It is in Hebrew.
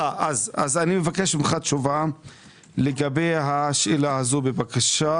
מבקש ממך תשובה לגבי השאלה הזו בבקשה.